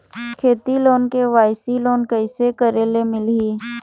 खेती loan KYC loan कइसे करे ले मिलही?